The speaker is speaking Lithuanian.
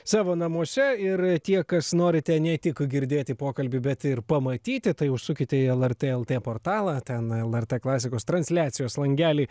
savo namuose ir tie kas norite ne tik girdėti pokalbį bet ir pamatyti tai užsukite į lrt lt portalą ten lrt klasikos transliacijos langelį